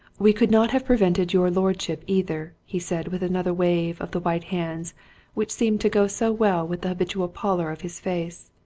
we could not have prevented your lordship either, he said, with another wave of the white hands which seemed to go so well with the habitual pallor of his face.